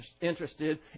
interested